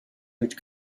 which